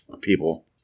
People